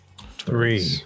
Three